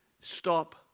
stop